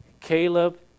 Caleb